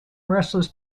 restless